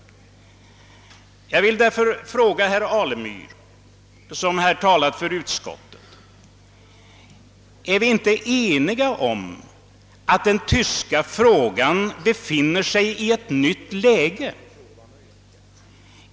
Jag vill därför fråga herr Alemyr som talat för utskottet: Är vi inte eniga om att den tyska frågan befinner sig i ett nytt läge?